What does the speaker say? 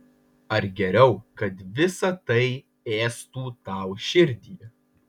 ar geriau kad visa tai ėstų tau širdį